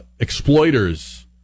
exploiters